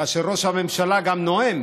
כאשר ראש הממשלה נואם